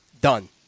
done